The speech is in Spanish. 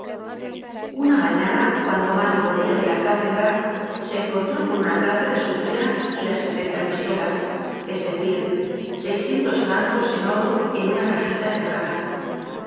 una mañana cuando mario volvia de la cátedra se encontró con una carta de su tia y las setenta pistolas es decir seiscientos francos en oro en una cajita cerrada